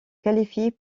qualifient